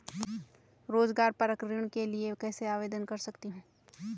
रोज़गार परक ऋण के लिए मैं कैसे आवेदन कर सकतीं हूँ?